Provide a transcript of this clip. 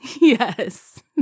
Yes